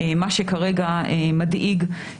לכן אנחנו מודאגים מהמגפה